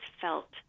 felt